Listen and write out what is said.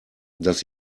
dass